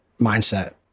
mindset